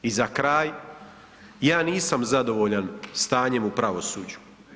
I za kraj, ja nisam zadovoljan stanjem u pravosuđu.